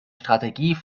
strategie